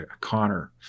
Connor